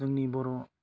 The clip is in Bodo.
जोंनि बर'